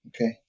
Okay